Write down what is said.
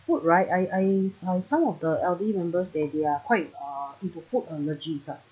food right I I I some of the elderly members they they are quite uh got food allergies lah